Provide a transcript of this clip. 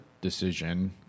decision